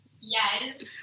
Yes